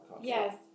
Yes